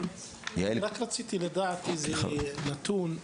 רציתי לדעת נתון.